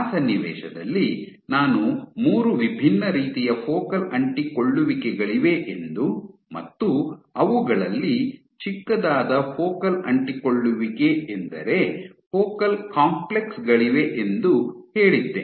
ಆ ಸನ್ನಿವೇಶದಲ್ಲಿ ನಾನು ಮೂರು ವಿಭಿನ್ನ ರೀತಿಯ ಫೋಕಲ್ ಅಂಟಿಕೊಳ್ಳುವಿಕೆಗಳಿವೆ ಎಂದು ಮತ್ತು ಅವುಗಳಲ್ಲಿ ಚಿಕ್ಕದಾದ ಫೋಕಲ್ ಅಂಟಿಕೊಳ್ಳುವಿಕೆ ಎಂದರೆ ಫೋಕಲ್ ಕಾಂಪ್ಲೆಕ್ಸ್ಗಳಿವೆ ಎಂದು ಹೇಳಿದ್ದೆ